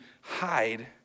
hide